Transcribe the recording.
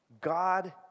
God